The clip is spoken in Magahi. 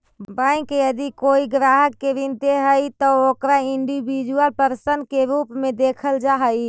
बैंक यदि कोई ग्राहक के ऋण दे हइ त ओकरा इंडिविजुअल पर्सन के रूप में देखल जा हइ